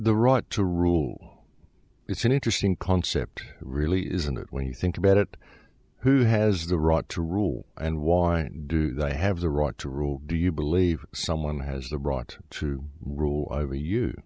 the right to rule it's an interesting concept really isn't it when you think about it who has the right to rule and why do they have the right to rule do you believe someone has the right to rule over you